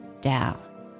down